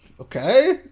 Okay